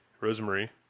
Rosemary